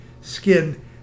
skin